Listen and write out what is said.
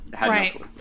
Right